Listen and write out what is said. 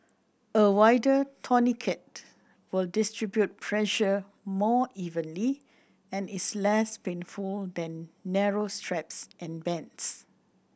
a wider tourniquet will distribute pressure more evenly and is less painful than narrow straps and bands